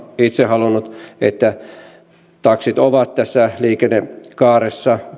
itse halunnut että taksit ovat tässä liikennekaaressa